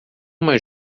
uma